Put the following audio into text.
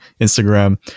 Instagram